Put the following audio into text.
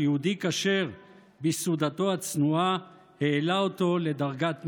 שיהודי כשר בסעודתו הצנועה העלה אותו לדרגת מזבח,